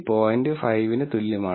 5 പോയിന്റിന് തുല്യമാണ്